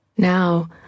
Now